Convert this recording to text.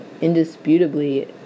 indisputably